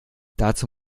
dazu